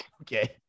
Okay